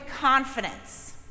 confidence